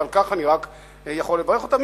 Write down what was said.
ועל כך אני רק יכול לברך אותם,